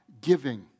giving